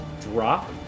drop